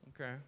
Okay